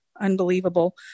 unbelievable